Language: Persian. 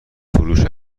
فروش